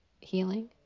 healing